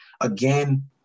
Again